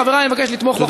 חברי, אני מבקש לתמוך בחוק.